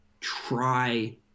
try